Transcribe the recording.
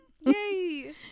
Yay